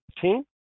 team